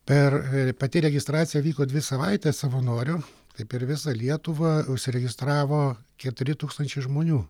per pati registracija vyko dvi savaites savanorių tai per visą lietuvą užsiregistravo keturi tūkstančiai žmonių